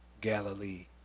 Galilee